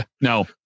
no